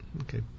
Okay